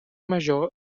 major